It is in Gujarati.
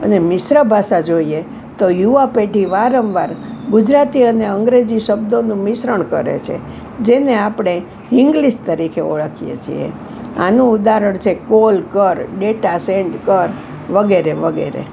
અને મિશ્ર ભાષા જોઈએ તો યુવા પેઢી વારંવાર ગુજરાતી અને અંગ્રેજી શબ્દનું મિશ્રણ કરે છે જેને આપણે હિંગલિશ તરીકે ઓળખીએ છીએ આનું ઉદાહરણ છે કોલ કર ડેટા સેન્ડ કર વગેરે વગેરે